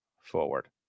forward